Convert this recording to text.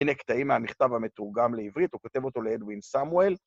הנה קטעים מהנכתב המתורגם לעברית, הוא כותב אותו לאדווין סמואל.